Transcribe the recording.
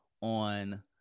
on